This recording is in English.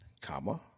comma